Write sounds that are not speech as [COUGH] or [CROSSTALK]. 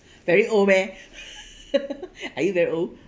very old meh [LAUGHS] are you very old